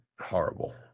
horrible